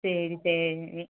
சரி சரி